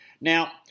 Now